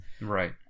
Right